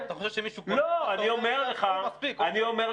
מספיק, עפר.